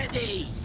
a